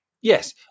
Yes